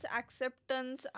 acceptance